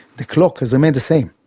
the clock has remained the same.